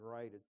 right